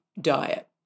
diet